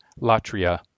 Latria